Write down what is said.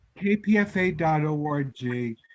KPFA.org